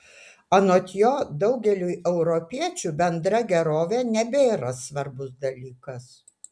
anot jo daugeliui europiečių bendra gerovė nebėra svarbus dalykas